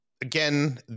Again